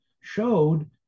showed